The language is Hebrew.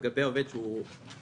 לגבי עובד שהוא אומן,